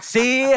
See